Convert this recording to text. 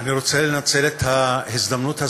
אני רוצה לנצל את ההזדמנות הזאת,